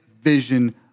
vision